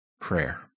prayer